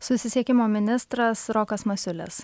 susisiekimoministras rokas masiulis